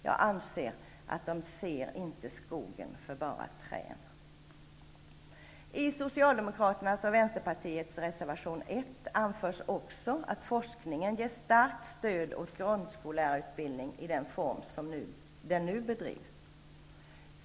Jag anser att de inte ser skogen för bara träd. I Socialdemokraternas och Vänsterpartiets reservation 1 anförs också att forskningen ger starkt stöd åt grundskollärarutbildningen i den form den nu bedrivs.